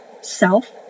self